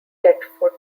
deptford